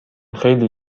خیلی